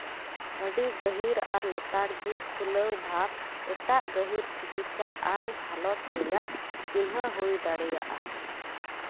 ᱟᱹᱰᱤ ᱜᱟᱹᱦᱤᱞ ᱟᱨ ᱞᱮᱛᱟᱲ ᱜᱮ ᱯᱷᱩᱞᱟᱹᱣ ᱵᱷᱟᱵᱽ ᱮᱴᱟᱜ ᱜᱟᱹᱦᱤᱨ ᱪᱤᱠᱤᱛᱥᱟ ᱟᱱ ᱦᱟᱞᱚᱛ ᱨᱮᱭᱟᱜ ᱪᱤᱱᱦᱟᱹ ᱦᱩᱭ ᱫᱟᱲᱮᱭᱟᱜᱼᱟ